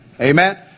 Amen